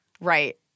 Right